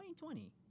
2020